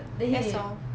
that's all